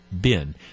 bin